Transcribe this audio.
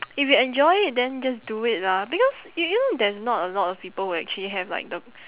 if you enjoy it then just do it lah because you you know there's not a lot of people who actually have like the